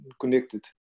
connected